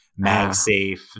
MagSafe